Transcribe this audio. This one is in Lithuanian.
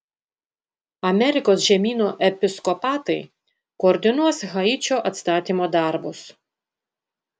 amerikos žemyno episkopatai koordinuos haičio atstatymo darbus